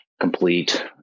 complete